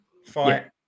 fight